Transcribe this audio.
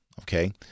okay